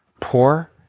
poor